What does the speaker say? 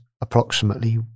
approximately